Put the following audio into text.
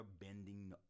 bending